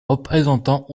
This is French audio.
représentants